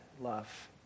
love